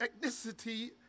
ethnicity